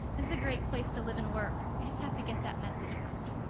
this is a great place to live and work, we just have to get that message out.